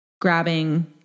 Grabbing